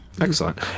Excellent